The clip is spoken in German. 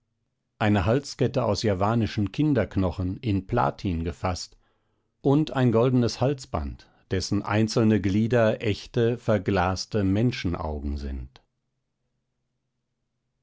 eine halskette aus javanischen kinderknochen in platin gefaßt und ein goldnes halsband dessen einzelne glieder echte verglaste menschenaugen sind